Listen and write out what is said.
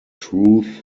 truth